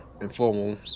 informal